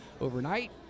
overnight